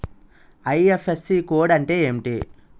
IFSC code అంటే ఏంటి?